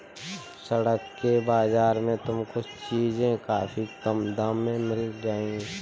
सड़क के बाजार में तुमको चीजें काफी कम दाम में मिल जाएंगी